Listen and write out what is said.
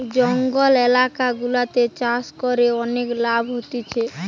জঙ্গল এলাকা গুলাতে চাষ করে অনেক লাভ হতিছে